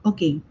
Okay